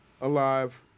alive